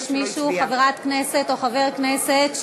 חברת כנסת או חבר כנסת,